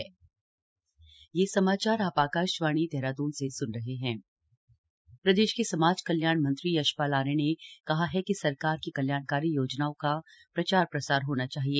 यशपाल आर्य प्रदेश के समाज कल्याण मंत्री यशपाल आर्य ने कहा है कि सरकार की कल्याणकारी योजनाओं का प्रचार प्रसार होना चाहिए